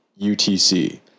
UTC